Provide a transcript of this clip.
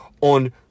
on